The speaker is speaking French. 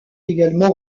également